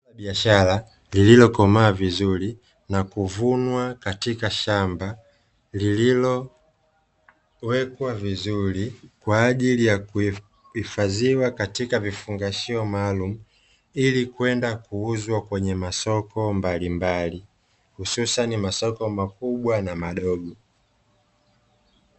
Zao la biashara lililokomaa vizuri na kuvunwa katika shamba lililowekwa vizuri, kwa ajili ya kuhifadhiwa katika vifungashio maalumu, ili kwenda kuuzwa kwenye masoko mbalimbali hususani kwenye masoko makubwa na madogo.